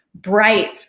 bright